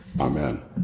Amen